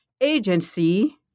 agency